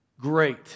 Great